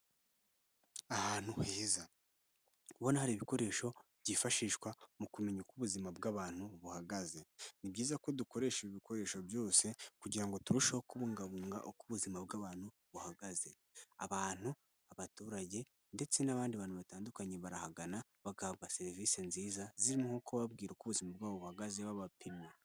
Ahantu heza ubona hari ibikoresho byifashishwa mu kumenya uko ubuzima bw'abantu buhagaze. Ni byiza ko dukoresha ibikoresho byose kugira ngo turusheho kubungabunga uko ubuzima bw'abantu buhagaze. Abantu, abaturage ndetse n'abandi bantu batandukanye, barahagana bagahabwa serivisi nziza zirimo kubabwira uko ubuzima bwabo buhagaze babapimye.